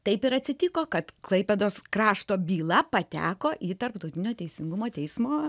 taip ir atsitiko kad klaipėdos krašto byla pateko į tarptautinio teisingumo teismą